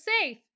safe